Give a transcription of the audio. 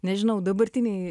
nežinau dabartiniai